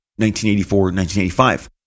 1984-1985